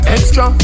Extra